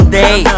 day